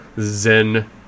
zen